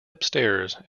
upstairs